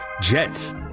Jets